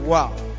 Wow